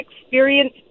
experience